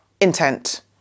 intent